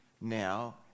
now